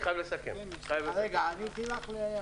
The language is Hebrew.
רגע, עניתי לך?